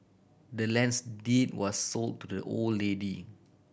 the land's deed was sold to the old lady